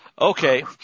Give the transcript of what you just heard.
Okay